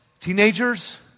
Teenagers